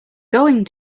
going